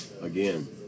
again